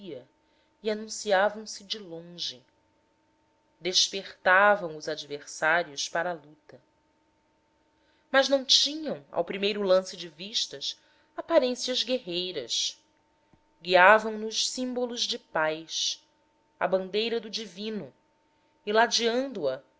dia e anunciavam se de longe despertavam os adversários para a luta mas não tinham ao primeiro lance de vistas aparências guerreiras guiavam nos símbolos de paz a bandeira do divino e ladeando a nos